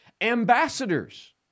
ambassadors